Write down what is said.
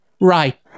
right